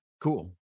cool